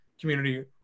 community